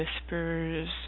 whispers